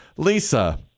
lisa